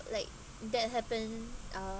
like that happen uh